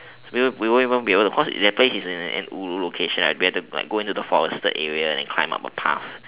we won't we won't even be able to because that place is a an ulu location I we have to like go into a forested area and climb up a path